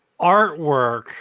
artwork